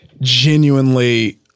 genuinely